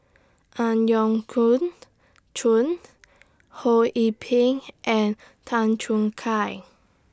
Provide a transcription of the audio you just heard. Ang Yau Khoon Choon Ho Yee Ping and Tan Choon Kai